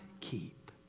keep